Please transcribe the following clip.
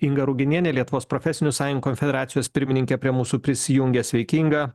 inga ruginienė lietuvos profesinių sąjungų konfederacijos pirmininkė prie mūsų prisijungė sveiki inga